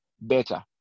better